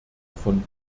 von